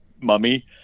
mummy